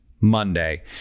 Monday